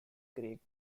greek